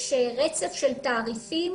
יש רצף של תעריפים